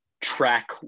track